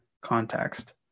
context